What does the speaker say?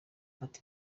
ati